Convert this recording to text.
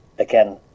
again